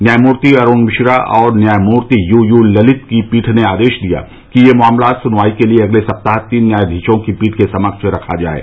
न्यायमूर्ति अरूण मिश्रा और न्यायमूर्ति यूयू ललित की पीठ ने आदेश दिया कि यह मामला सुनवाई के लिए अगले सप्ताह तीन न्यायाधीशों की पीठ के समक्ष रखा जाये